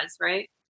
right